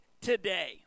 today